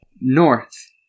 north